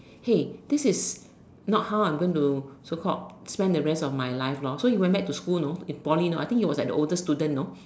hey this is not how I'm going to so called spend the rest of my life lor so he went back to school know in Poly know I think he was like the oldest student know